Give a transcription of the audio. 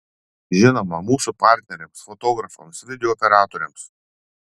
žinoma mūsų partneriams fotografams video operatoriams